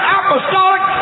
apostolic